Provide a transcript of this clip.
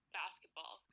basketball